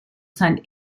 sein